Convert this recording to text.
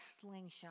slingshot